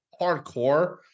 hardcore